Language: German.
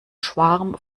schwarm